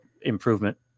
improvement